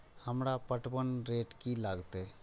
हमरा पटवन रेट की लागते?